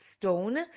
stone